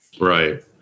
Right